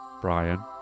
Brian